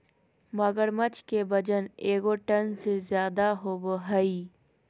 मगरमच्छ के वजन एगो टन से ज्यादा होबो हइ